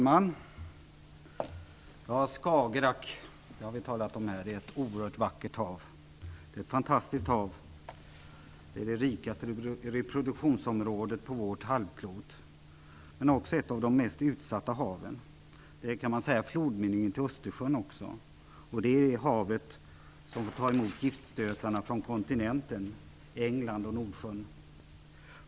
Herr talman! Vi har här talat om att Skagerrak är ett oerhört vackert och fantastiskt hav. Det utgör det rikaste reproduktionsområdet på vårt halvklot. Men det är också ett av de mest utsatta haven. Man kan säga att det också är flodmynningen till Östersjön. Det är detta hav som får ta emot giftstötarna från kontinenten, England och Nordsjön.